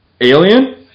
Alien